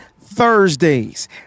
Thursdays